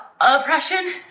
oppression